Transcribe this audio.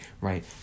right